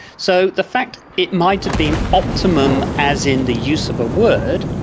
so the fact it might have been optimum, as in the use of a word,